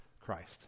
Christ